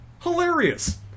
Hilarious